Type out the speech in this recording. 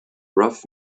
rough